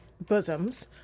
bosoms